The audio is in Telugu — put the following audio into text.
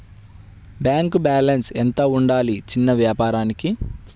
బ్యాంకు బాలన్స్ ఎంత ఉండాలి చిన్న వ్యాపారానికి?